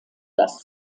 das